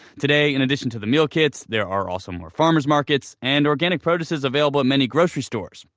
today, in addition to the meal kits, there are also more farmers markets, and organic produce is available at many grocery stores,